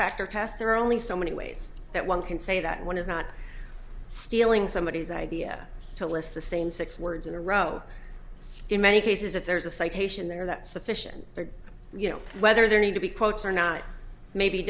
there are only so many ways that one can say that one is not stealing somebodies idea to list the same six words in a row in many cases if there's a citation there that sufficient for you know whether there need to be quotes or not may be